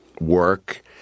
Work